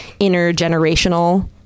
intergenerational